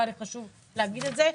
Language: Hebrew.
והיה לי חשוב להגיד את זה.